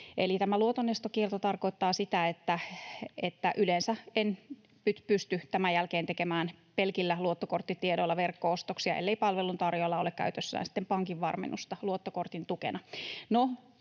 Eli tämä luotonestokielto tarkoittaa sitä, että yleensä en pysty tämän jälkeen tekemään pelkillä luottokorttitiedoilla verkko-ostoksia, ellei palveluntarjoajalla ole käytössään pankin varmennusta luottokortin tukena.